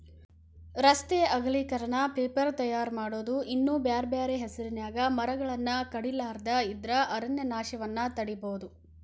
ರಸ್ತೆ ಅಗಲೇಕರಣ, ಪೇಪರ್ ತಯಾರ್ ಮಾಡೋದು ಇನ್ನೂ ಬ್ಯಾರ್ಬ್ಯಾರೇ ಹೆಸರಿನ್ಯಾಗ ಮರಗಳನ್ನ ಕಡಿಲಾರದ ಇದ್ರ ಅರಣ್ಯನಾಶವನ್ನ ತಡೇಬೋದು